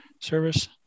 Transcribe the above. service